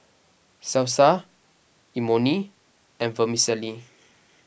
Salsa Imoni and Vermicelli